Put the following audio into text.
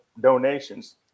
donations